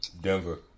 Denver